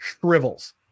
shrivels